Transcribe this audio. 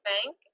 Bank